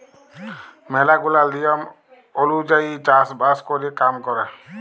ম্যালা গুলা লিয়ম ওলুজায়ই চাষ বাস ক্যরে কাম ক্যরে